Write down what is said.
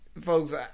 folks